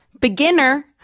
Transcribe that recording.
beginner-